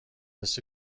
this